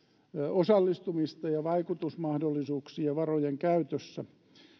osallistumista ja vaikutusmahdollisuuksia varojen käytössä